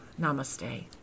Namaste